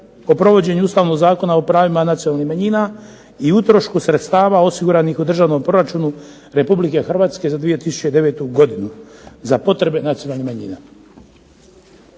o provođenju Ustavnog zakona o pravima nacionalnih manjina i utrošku sredstava osiguranih u Državnom proračunu Republike Hrvatske za 2009. godinu za potrebe nacionalnih manjina."